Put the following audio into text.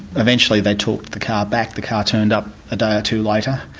eventually they talked the car back the car turned up a day or two later,